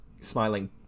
smiling